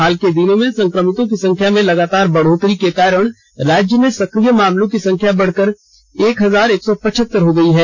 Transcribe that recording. हाल के दिनों में संक्रमितों की संख्या में लगातार बढ़ोतरी के कारण राज्य में संक्रिय मामलों की संख्या बढ़कर एक हजार एक सौ पचहतर हो गई है